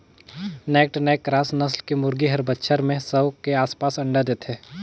naked नैक cross नसल के मुरगी हर बच्छर में सौ के आसपास अंडा देथे